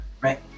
right